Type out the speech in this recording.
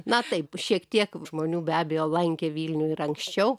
na taip šiek tiek žmonių be abejo lankė vilnių ir anksčiau